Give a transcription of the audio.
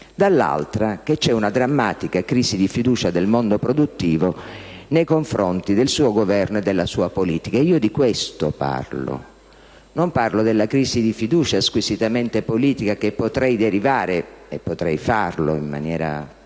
dall'altra che c'è una drammatica crisi di fiducia del mondo produttivo nei confronti del suo Governo e della sua politica. E io di questo parlo. Non parlo della crisi di fiducia squisitamente politica che potrei derivare - e potrei farlo in maniera